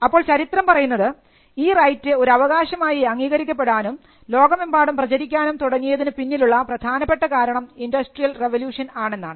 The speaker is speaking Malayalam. അപ്പോൾ ചരിത്രം പറയുന്നത് ഈ റൈറ്റ് ഒരു അവകാശമായി അംഗീകരിക്കപ്പെടാനും ലോകമെമ്പാടും പ്രചരിക്കാനും തുടങ്ങിയതിനു പിന്നിലുള്ള പ്രധാനപ്പെട്ട കാരണം ഇൻഡസ്ട്രിയൽ റവല്യൂഷൻ ആണെന്നാണ്